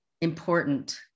important